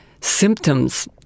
symptoms